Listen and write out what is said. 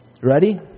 Ready